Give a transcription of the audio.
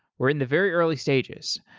we're in the very early stages.